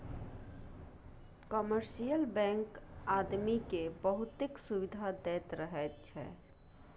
commercial bank आदमी केँ बहुतेक सुविधा दैत रहैत छै